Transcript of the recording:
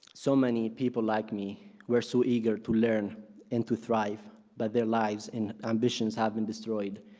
so many people like me were so eager to learn and to thrive, but their lives and ambitions have been destroyed